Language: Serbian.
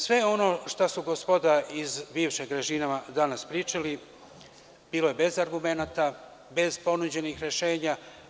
Sve ono što je gospoda iz bivšeg režima danas pričala bilo je bez argumenata i bez ponuđenih rešenja.